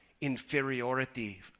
inferiority